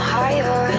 higher